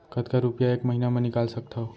कतका रुपिया एक महीना म निकाल सकथव?